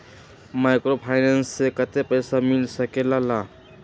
Microfinance से कतेक पैसा मिल सकले ला?